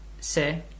se